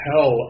hell